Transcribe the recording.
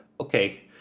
okay